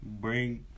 bring